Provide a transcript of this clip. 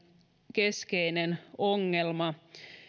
keskeinen ongelma